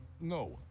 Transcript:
No